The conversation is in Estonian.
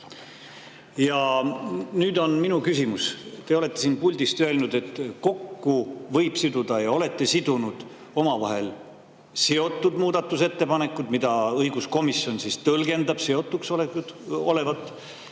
Ja nüüd on mul küsimus. Te ütlesite siit puldist, et kokku võib siduda, ja olete ka sidunud, omavahel seotud muudatusettepanekud, mida õiguskomisjon tõlgendab seotud olevat,